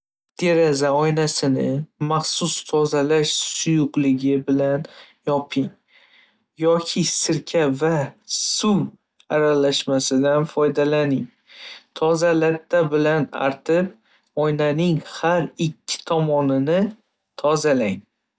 Deraza oynasini maxsus tozalash suyuqligi bilan yoping yoki sirka va suv aralashmasidan foydalaning. Toza latta bilan artib, oynaning har ikki tomonini tozalang.